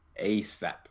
ASAP